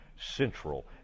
Central